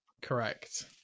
Correct